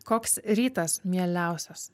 koks rytas mieliausias